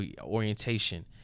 orientation